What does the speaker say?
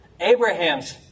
Abraham's